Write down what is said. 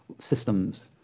systems